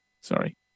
Sorry